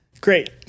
Great